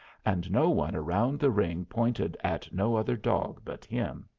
and no one around the ring pointed at no other dog but him.